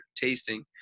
tasting